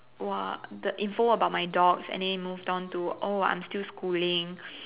!wah! the info about my dogs and then it moved on to oh I'm still schooling